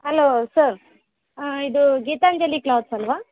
hello sir ಇದು Geetanjali clothes ಅಲ್ವಾ